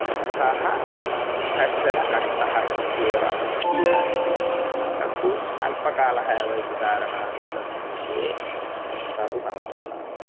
सः कश्चन कष्टः इत्येव अस्ति तत्तु अल्पकालः एव इति कारणात् तस्मिन् विषये कापि समस्या नास्ति